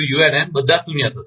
unn બધા શૂન્ય થશે